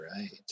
right